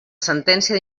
sentència